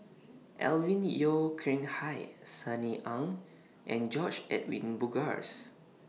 Alvin Yeo Khirn Hai Sunny Ang and George Edwin Bogaars